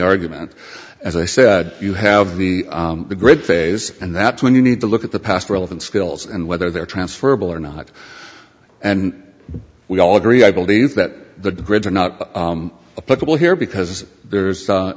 argument as i said you have the grid phase and that's when you need to look at the past relevant skills and whether they're transferable or not and we all agree i believe that the grids are not political here because there's a